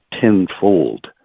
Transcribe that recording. tenfold